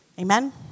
Amen